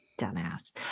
Dumbass